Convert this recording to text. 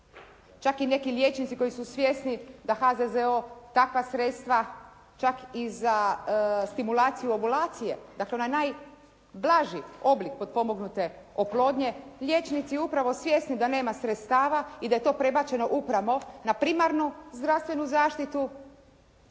Čak i neki liječnici koji su svjesni da HZZO takva sredstva čak i za stimulaciju ovulacije, dakle onaj najblaži oblik potpomognute oplodnje liječnici upravo svjesni da nema sredstava i da je to prebačeno upravo na primarnu zdravstvu zaštitu